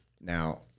Now